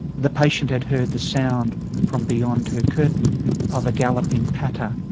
the patient had heard the sound from beyond her curtain of a galloping patter.